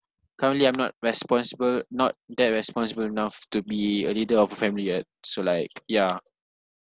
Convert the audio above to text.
currently I'm not responsible not that responsible enough to be a leader of a family yet so like yeah